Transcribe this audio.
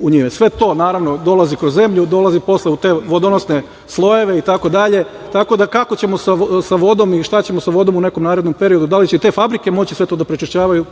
u njive. Sve to, naravno, dolazi kroz zemlju, dolazi posle u te vodonosne slojeve, itd. Tako da, kako ćemo sa vodom i šta ćemo sa vodom u nekom narednom periodu, da li će te fabrike moći sve to da prečišćavaju,